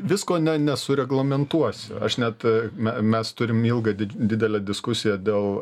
visko ne nesureglamentuosi aš net me mes turim ilgą didž didelę diskusiją dėl